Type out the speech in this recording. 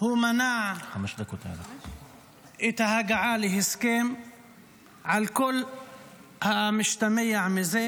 הוא מנע את ההגעה להסכם על כל המשתמע מזה,